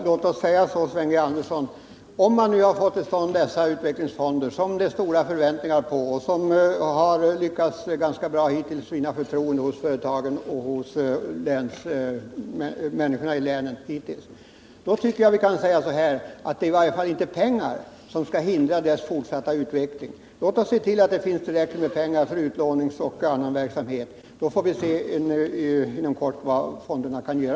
Herr talman! Om man nu har fått till stånd dessa utvecklingsfonder, som det ställs stora förväntningar på och som har lyckats ganska bra hittills med att vinna förtroende hos företagen och hos människorna i länen, då tycker jag att vi kan säga, Sven G. Andersson, att det i varje fall inte får vara brist på pengar som skall hindra deras fortsatta utveckling. Låt oss se till att det finns tillräckligt med pengar för utlåningsoch annan verksamhet! Då får vi se inom kort vad fonderna kan göra.